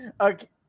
Okay